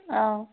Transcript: অঁ